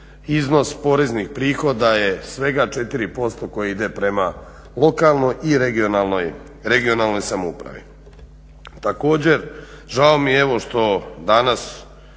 iznos poreznih prihoda je svega 4% koji ide prema lokalnoj i regionalno samoupravi. Također žao mi je evo što danas